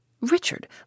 Richard